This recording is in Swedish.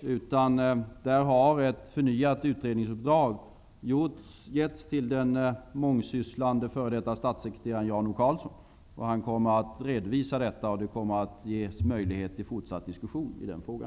i sina detaljer. Ett förnyat utredningsuppdrag har getts till den mångsysslande f.d. statssekreteraren Jan O. Karlsson. Han kommer att redovisa det, och det kommer att ges möjlighet till fortsatt diskussion i den frågan.